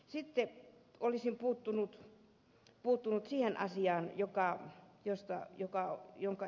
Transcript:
sitten olisin puuttunut siihen asiaan jonka ed